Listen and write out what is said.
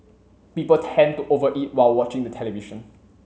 people tend to over eat while watching the television